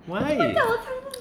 why